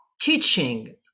teaching